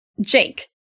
Jake